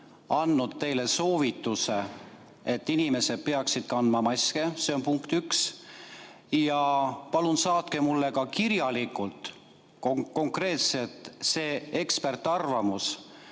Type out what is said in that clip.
andnud teile soovituse, et inimesed peaksid kandma maske. See on punkt üks. Ja palun saatke mulle ka kirjalikult see konkreetne ekspertarvamus,